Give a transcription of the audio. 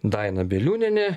daina biliūnienė